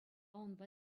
унпа